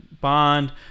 bond